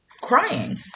crying